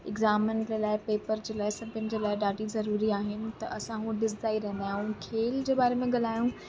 एग्ज़ामनि जे लाइ पेपर जे लाइ सभिनि जे लाइ ॾाढी ज़रूरी आहिनि त असां हू ॾिसंदा ई रहंदा आहियूं खेल जे बारे में ॻील्हियूं